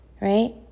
right